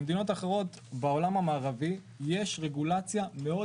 במדינות אחרות בעולם המערבי יש רגולציה מאוד